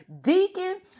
deacon